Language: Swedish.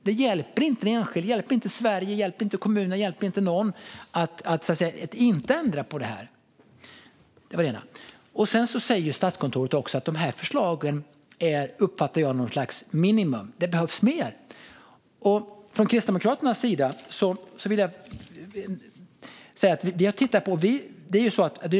Det hjälper inte den enskilde, det hjälper inte Sverige, det hjälper inte kommunerna, det hjälper inte någon att inte ändra på detta. Det var det ena. Sedan säger Statskontoret, som jag uppfattar det, att dessa förslag är något slags minimum. Det behövs mer. Här har Kristdemokraterna ett förslag.